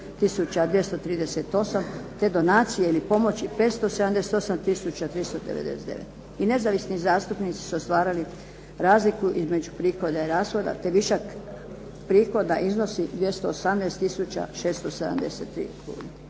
238, te donacije ili pomoći 578 tisuća 399. I nezavisni zastupnici su ostvarili razliku između prihoda i rashoda te višak prihoda iznosi 218